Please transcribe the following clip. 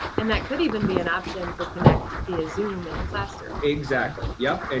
and that could even be an option to connect via zoom in the classroom. exactly, yep. and